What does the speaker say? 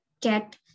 get